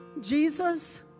Jesus